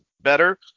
better